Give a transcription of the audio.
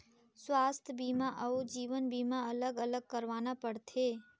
स्वास्थ बीमा अउ जीवन बीमा अलग अलग करवाना पड़थे?